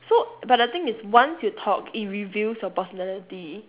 so but the thing is once you talk it reveals your personality